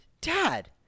dad